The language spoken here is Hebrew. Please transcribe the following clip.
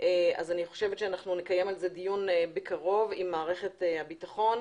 אני חושבת שנקיים על כך דיון בקרוב עם מערכת הביטחון.